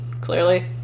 Clearly